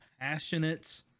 passionate